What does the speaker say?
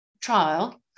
trial